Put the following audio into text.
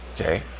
okay